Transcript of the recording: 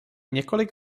několik